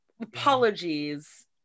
apologies